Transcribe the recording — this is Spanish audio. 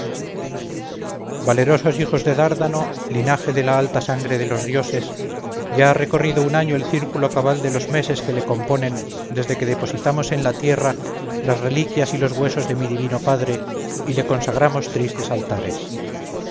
valerosos hijos de dárdano linaje de la alta sangre de los dioses ya ha recorrido un año el círculo cabal de los meses que le componen desde que depositamos en la tierra las reliquias y los huesos de mi divino padre y le consagramos tristes altares